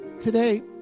today